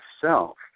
self